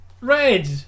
Red